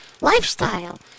lifestyle